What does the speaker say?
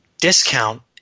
Discount